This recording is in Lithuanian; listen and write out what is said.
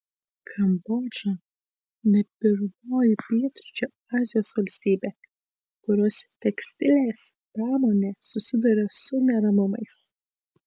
kambodža ne pirmoji pietryčių azijos valstybė kurios tekstilės pramonė susiduria su neramumais